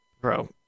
Bro